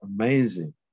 amazing